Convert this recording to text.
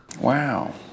Wow